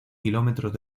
kilómetros